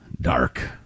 dark